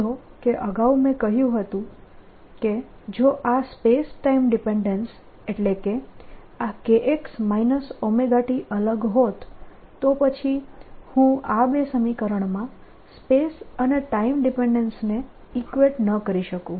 નોંધો કે અગાઉ મેં કહ્યું હતું કે જો આ સ્પેસ ટાઇમ ડિપેન્ડેન્સ એટલે કે આ kx ωt અલગ હોત તો પછી હું આ બે સમીકરણમાં સ્પેસ અને ટાઇમ ડિપેન્ડેન્સને ઈકવેટ ન કરી શકું